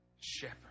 shepherd